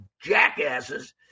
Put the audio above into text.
Jackasses